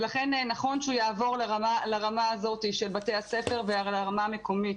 ולכן נכון שהוא יעבור לרמה הזאת של בתי הספר ולרמה המקומית.